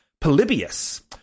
Polybius